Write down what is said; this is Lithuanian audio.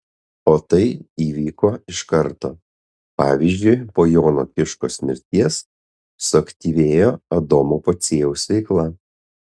o tai įvyko iš karto pavyzdžiui po jono kiškos mirties suaktyvėjo adomo pociejaus veikla